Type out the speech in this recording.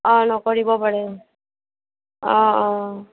অঁ নকৰিব পাৰে অঁ অঁ